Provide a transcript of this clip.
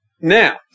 Now